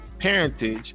parentage